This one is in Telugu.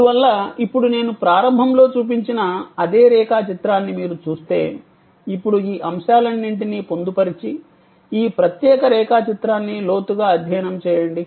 అందువల్ల ఇప్పుడు నేను ప్రారంభంలో చూపించిన అదే రేఖాచిత్రాన్ని మీరు చూస్తే ఇప్పుడు ఈ అంశాలన్నింటినీ పొందుపరిచి ఈ ప్రత్యేక రేఖాచిత్రాన్ని లోతుగా అధ్యయనం చేయండి